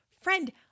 Friend